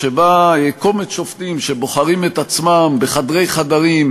שבה קומץ שופטים שבוחרים את עצמם בחדרי-חדרים,